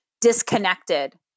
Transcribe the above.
disconnected